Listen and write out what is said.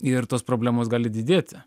ir tos problemos gali didėti